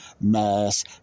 mass